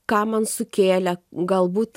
ką man sukėlė galbūt